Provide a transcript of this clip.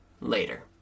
later